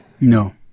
No